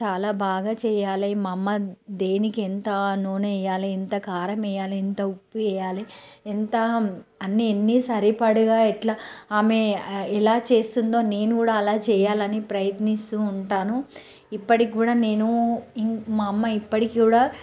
చాలా బాగా చెయ్యాలి మా అమ్మ దేనికి ఎంత నూనె వెయ్యాలి ఎంత కారం వెయ్యాలి ఎంత ఉప్పు వెయ్యాలి ఎంత అన్నీ ఎన్ని సరిపడగా ఎట్లా ఆమె ఎలా చేస్తుందో నేను కూడా అలా చెయ్యాలని ప్రయత్నిస్తూ ఉంటాను ఇప్పటికి కూడా నేను ఇం మా అమ్మ ఇప్పటికి కూడా